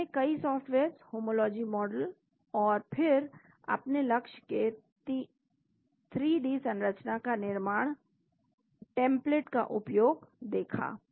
तो हमने कई सॉफ्टवेयर्स होमोलॉजी मॉडल और फिर अपने लक्ष्य के 3 डी संरचना का निर्माण टेम्पलेट का उपयोग देखा